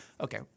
okay